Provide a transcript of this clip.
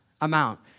amount